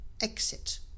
Exit